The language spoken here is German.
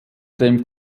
dem